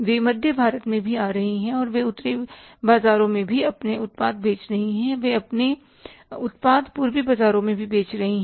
वे मध्य भारत में भी आ रहे हैं और वे उत्तरी बाजारों में भी अपने उत्पाद बेच रहे हैं वे अपने उत्पाद पूर्वी बाजारों में भी बेच रहे हैं